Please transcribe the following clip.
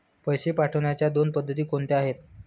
पैसे पाठवण्याच्या दोन पद्धती कोणत्या आहेत?